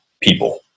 people